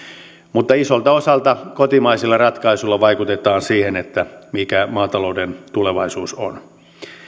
mutta isolta osalta kotimaisilla ratkaisuilla vaikutetaan siihen mikä maatalouden tulevaisuus on